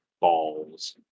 Balls